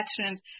actions